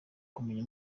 kumenya